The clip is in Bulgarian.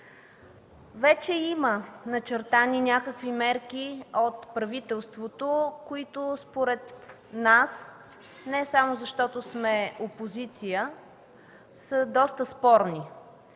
Вече има начертани някакви мерки от правителството, които според нас, не само защото сме опозиция, са доста спорни.